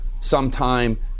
sometime